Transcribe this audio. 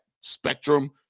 spectrum